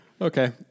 Okay